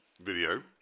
video